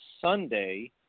sunday